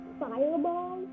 fireball